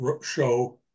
show